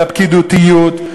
של הפקידותיות,